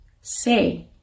say